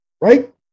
Right